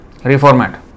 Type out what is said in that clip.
reformat